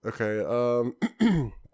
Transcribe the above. Okay